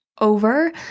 over